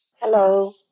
Hello